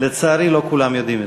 לצערי, לא כולם יודעים את זה.